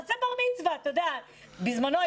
בזמנו,